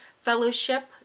fellowship